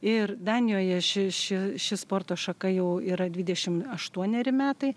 ir danijoje ši ši ši sporto šaka jau yra dvidešim aštuoneri metai